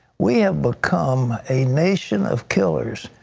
we have become a nation of killers.